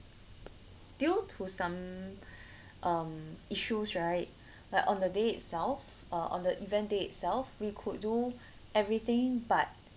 due to some um issues right like on the day itself uh on the event day itself we could do everything but